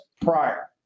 prior